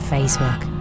Facebook